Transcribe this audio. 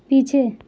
पीछे